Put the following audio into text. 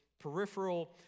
peripheral